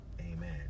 Amen